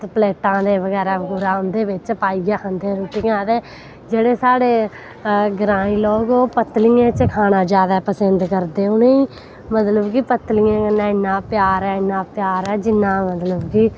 प्लेटां ते बगैरा बगूरा उंदे बिच्च पाइयै खंदे रुट्टियां ते जेह्ड़े साढ़े ग्रांईं लोग न पत्तलियें च खाना जादा पसिंद करदे न मतलव कि पत्तलियें कन्नै इन्नै प्यार ऐ इन्ना प्यार ऐ जिन्ना मतलव कि